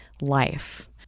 life